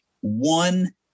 one